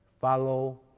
follow